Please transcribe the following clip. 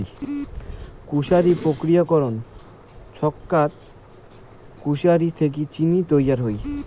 কুশারি প্রক্রিয়াকরণ ছচকাত কুশারি থাকি চিনি তৈয়ার হই